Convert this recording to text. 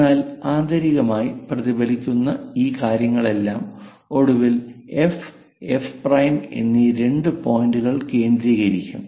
എന്നാൽ ആന്തരികമായി പ്രതിഫലിക്കുന്ന ഈ കാര്യങ്ങളെല്ലാം ഒടുവിൽ F F prime F F prime എന്നീ രണ്ട് പോയിന്റുകൾ കേന്ദ്രീകരിക്കും